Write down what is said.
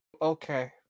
Okay